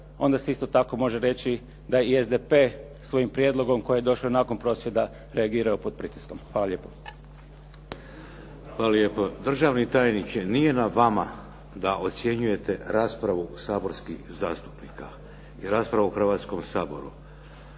onda se isto tako može reći da je i SDP svojim prijedlogom koji je došao nakon prosvjeda reagirao pod pritiskom. Hvala lijepo. **Šeks, Vladimir (HDZ)** Hvala lijepo. Državni tajniče, nije na vama da ocjenjujete raspravu saborskih zastupnika i rasprave u Hrvatskom saboru.